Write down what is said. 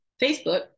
facebook